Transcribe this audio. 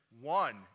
one